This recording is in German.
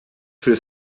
für